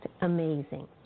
amazing